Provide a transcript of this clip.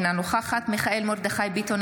אינה נוכחת מיכאל מרדכי ביטון,